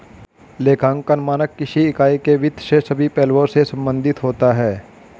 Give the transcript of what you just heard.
लेखांकन मानक किसी इकाई के वित्त के सभी पहलुओं से संबंधित होता है